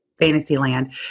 Fantasyland